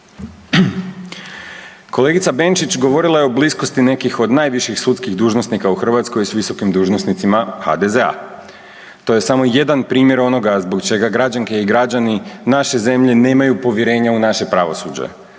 Kolegica Benčić govorila je o bliskosti nekih od najviših sudskih dužnosnika u Hrvatskoj s visokim dužnosnicima HDZ-a. To je samo jedan primjer onoga zbog čega građanke i građani naše zemlje nemaju povjerenje u naše pravosuđe.